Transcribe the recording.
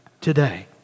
today